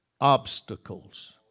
Obstacles